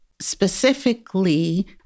specifically